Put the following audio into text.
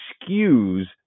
excuse